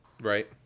Right